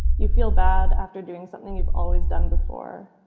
you feel bad after doing something you've always done before.